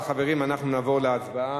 חברים, אנחנו נעבור להצבעה.